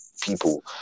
people